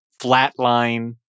flatline